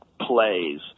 plays